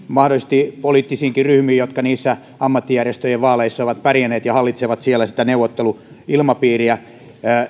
mahdollisesti poliittisiinkin ryhmiin jotka ammattijärjestöjen vaaleissa ovat pärjänneet ja hallitsevat siellä neuvotteluilmapiiriä